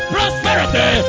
Prosperity